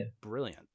brilliant